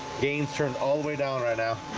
gains turn all the way down right now